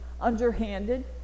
underhanded